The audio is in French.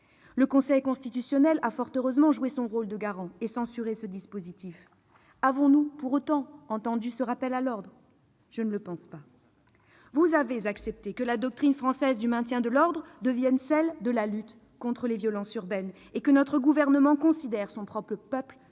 Le Conseil constitutionnel a, fort heureusement, joué son rôle de garant et censuré ce dispositif. Avons-nous pour autant entendu ce rappel à l'ordre ? Je ne le pense pas. Vous avez accepté que la doctrine française du maintien de l'ordre devienne celle de la lutte contre les violences urbaines et que notre gouvernement considère son propre peuple comme